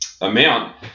amount